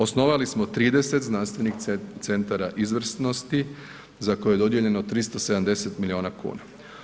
Osnovali smo 30 znanstvenih centara izvrsnosti za koje je dodijeljeno 370 milijuna kuna.